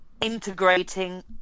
integrating